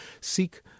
seek